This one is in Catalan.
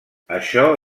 això